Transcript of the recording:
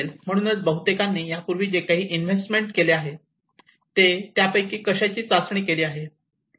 म्हणून बहुतेकांनी यापूर्वी जे काही इन्व्हेस्टमेंट केले आहे त्या पैकी कशाची चाचणी केली आहे